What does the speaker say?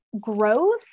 growth